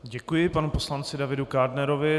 Děkuji panu poslanci Davidu Kádnerovi.